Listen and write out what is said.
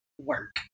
work